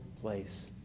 place